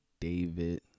David